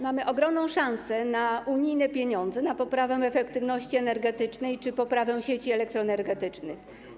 Mamy ogromną szansę na unijne pieniądze, na poprawę efektywności energetycznej czy poprawę sieci elektroenergetycznych.